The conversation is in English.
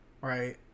right